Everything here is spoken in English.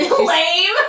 Lame